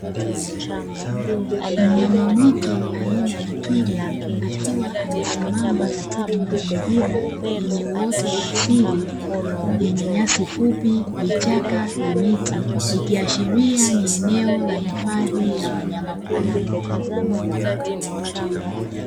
Mnyama mwitu aina ya twiga akiwa amesimama katika mazingira yenye uoto wa asili, yenye nyasi fupi, vichaka na miti. Ikiashiria ni eneo la hifadhi la wanyama pori.